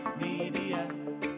media